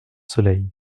soleil